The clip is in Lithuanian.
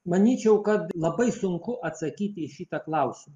manyčiau kad labai sunku atsakyti į šitą klausimą